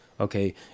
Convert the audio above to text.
okay